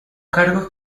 cargos